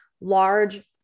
large